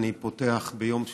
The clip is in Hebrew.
אני פותח ביום שלישי,